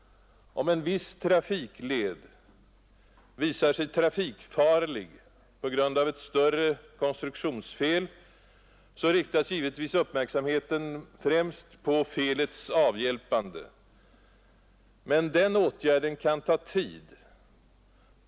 Om en viss trafikled visar sig trafikfarlig på grund av ett större konstruktionsfel riktas givetvis uppmärksamheten främst på felets avhjälpande. Men den åtgärden kan ta tid.